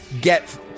get